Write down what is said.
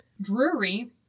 Drury